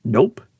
Nope